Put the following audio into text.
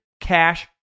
Cash